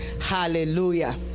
Hallelujah